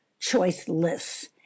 choiceless